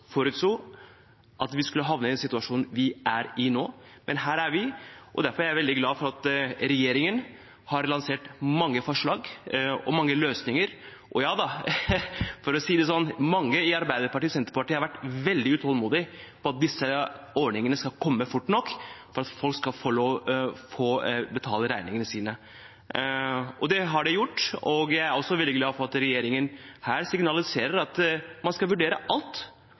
at vi skulle havne i den situasjonen vi er i nå, men her er vi. Derfor er jeg veldig glad for at regjeringen har lansert mange forslag og mange løsninger. For å si det sånn: Mange i Arbeiderpartiet og Senterpartiet har vært veldig utålmodige etter at disse ordningene skulle komme fort nok, slik at folk kan betale regningene sine. Det har de gjort. Jeg er også veldig glad for at regjeringen her signaliserer at man skal vurdere alt,